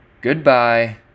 Goodbye